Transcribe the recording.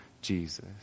Jesus